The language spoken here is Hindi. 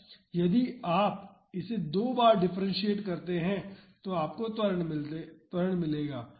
यदि आप इसे दो बार डिफ्रेंसियेट करते हैं तो आपको त्वरण मिलेगा